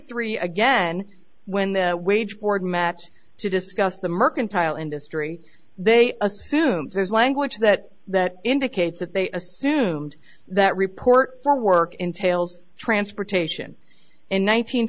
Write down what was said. three again when the wage board match to discuss the mercantile industry they assume there's language that that indicates that they assumed that report for work entails transportation in